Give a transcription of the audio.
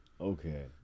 okay